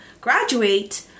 graduate